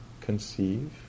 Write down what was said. conceive